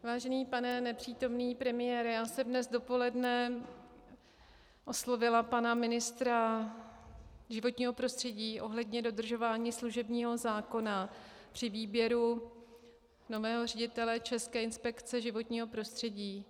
Vážený pane nepřítomný premiére, já jsem dnes dopoledne oslovila pana ministra životního prostředí ohledně dodržování služebního zákona při výběru nového ředitele České inspekce životního prostředí.